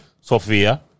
Sofia